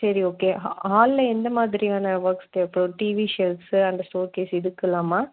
சரி ஓகே ஹாலில் எந்த மாதிரியான ஒர்க்ஸ் தேவைப்படும் டிவி செல்ஃப்ஸு அந்த ஷோ கேஷ் இதுக்கெல்லாமா